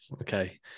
okay